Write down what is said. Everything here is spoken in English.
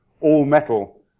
all-metal